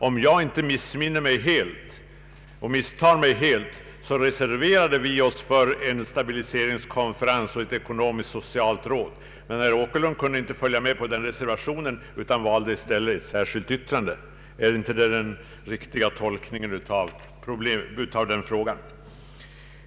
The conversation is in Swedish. Om jag inte misstar mig helt, reserverade vi oss för en stabiliseringskonferens och ett ekonomisk-socialt råd. Men herr Åkerlund kunde inte vara med på den reservationen utan valde i stället ett särskilt yttrande. Är inte det den riktiga tolkningen av vårt agerande i utskottet.